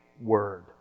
word